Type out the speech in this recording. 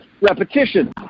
repetition